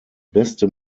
beste